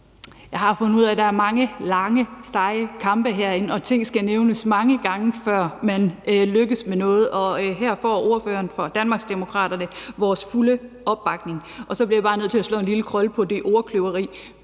Jeg har fundet ud af, at der er mange lange, seje kampe herinde, og at ting skal nævnes mange gange, før man lykkes med noget, og her får spørgeren for Danmarksdemokraterne vores fulde opbakning. Så bliver jeg bare nødt til at slå en lille krølle på det med ordkløveriet.